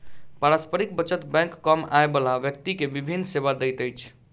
पारस्परिक बचत बैंक कम आय बला व्यक्ति के विभिन सेवा दैत अछि